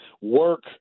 work